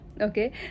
Okay